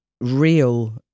real